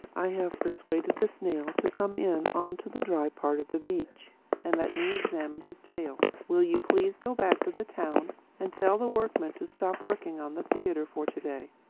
i have persuaded the snail to come in on to the dry part of the beach and let me examine his tail. will you please go back to the town and tell the workmen to stop working on the theatre for to-day?